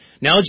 Now